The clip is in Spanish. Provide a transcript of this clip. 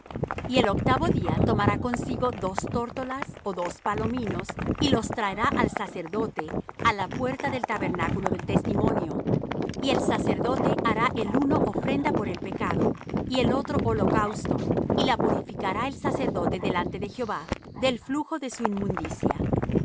y el octavo día tomará consigo dos tórtolas ó dos palominos y los traerá al sacerdote á la puerta del tabernáculo del testimonio y el sacerdote hará el uno ofrenda por el pecado y el otro holocausto y la purificará el sacerdote delante de jehová del flujo de su inmundicia